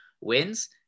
wins